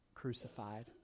crucified